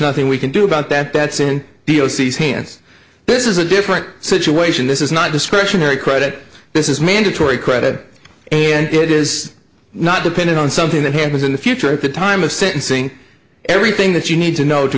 nothing we can do about that that's in the o c's hands this is a different situation this is not discretionary credit this is mandatory credit and it is not dependent on something that happens in the future at the time of sentencing everything that you need to know to